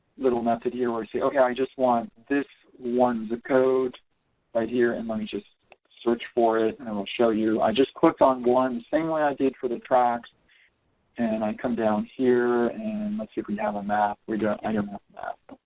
little method here or say okay i just want this one zip code right here and let me just search for it and and we'll show you i just click on one same way i did for the tracts and i come down here and let's say we have a map we go on your map map